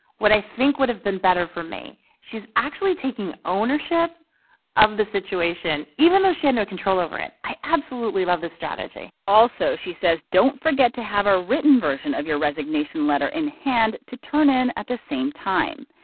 what i think would have been better for me. she's actually taking ownership of the situation even though she had no control over it. i absolutely love this strategy also, she says, don't forget to have a written version of your resignation letter in hand to turn in at the same time.